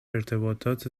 ارتباطات